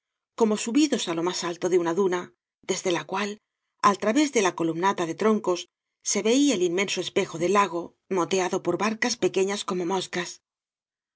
como subidos á lo más alto de una duna desde la cual al través de la columnata de troncos se veía el inmenso espejo del lago moteado por barcas pequeñas como moscas